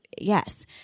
Yes